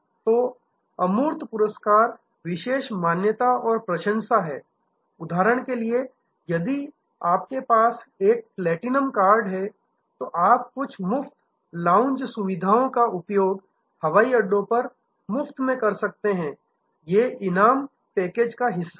तो अमूर्त पुरस्कार विशेष मान्यता और प्रशंसा हैं उदाहरण के लिए यदि आपके पास एक प्लैटिनम कार्ड है तो आप कुछ मुफ्त लाउंज सेवाओं का उपयोग हवाई अड्डों पर मुफ्त कर सकते हैं ये इनाम पैकेज का हिस्सा हैं